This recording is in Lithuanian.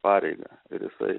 pareigą ir jisai